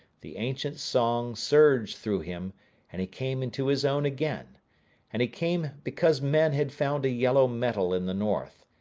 the ancient song surged through him and he came into his own again and he came because men had found a yellow metal in the north,